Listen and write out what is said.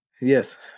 Yes